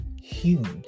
huge